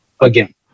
again